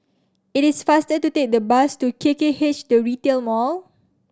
it is faster to take the bus to K K H The Retail Mall